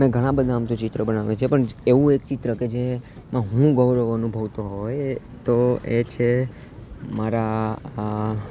મેં ઘણાં બધા આમ તો ચિત્રો બનાવ્યાં છે પણ એવું એક ચિત્ર કે જે માં હું ગૌરવ અનુભવતો હોય એ તો એ છે મારા આ